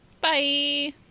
Bye